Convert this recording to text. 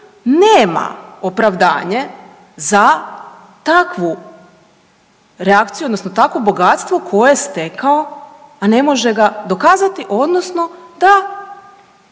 nema opravdanje za takvu reakciju, odnosno takvo bogatstvo koje je stekao, a ne može ga dokazati, odnosno da